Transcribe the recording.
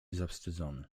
zawstydzony